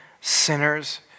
sinners